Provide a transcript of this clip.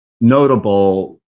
notable